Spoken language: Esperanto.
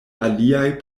aliaj